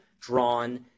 drawn